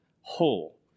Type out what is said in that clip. whole